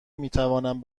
میتوانم